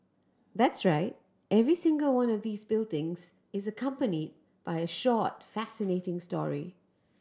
that's right every single one of these buildings is accompanied by a short fascinating story